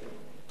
תודה, אדוני.